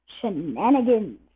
Shenanigans